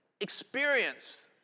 experience